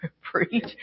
preach